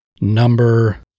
number